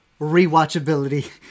rewatchability